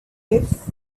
cliff